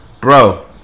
Bro